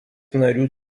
narių